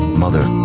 mother,